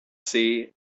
see